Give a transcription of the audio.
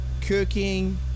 cooking